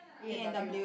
A and W